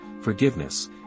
forgiveness